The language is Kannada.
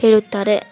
ಹೇಳುತ್ತಾರೆ